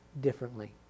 differently